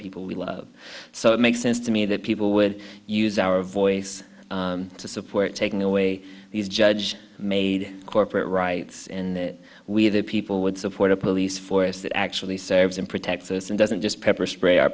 people we love so it makes sense to me that people would use our voice to support taking away these judge made corporate rights and we the people would support a police force that actually serves and protects us and doesn't just pepper spray our